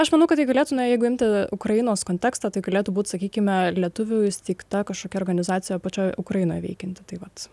aš manau kad galėtumėme jeigu imti ukrainos kontekstą tai galėtų būti sakykime lietuvių įsteigta kažkokia organizacija pačioje ukrainoje veikianti tai vat